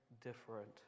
different